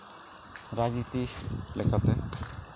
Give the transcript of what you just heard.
ᱨᱟᱡᱽᱱᱤᱛᱤ ᱞᱮᱠᱟᱛᱮ